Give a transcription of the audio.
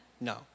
no